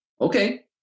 okay